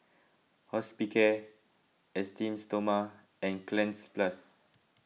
Hospicare Esteem Stoma and Cleanz Plus